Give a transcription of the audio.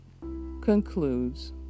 concludes